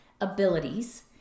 abilities